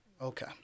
Okay